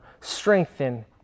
strengthen